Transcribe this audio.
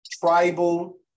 tribal